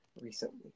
recently